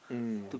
mm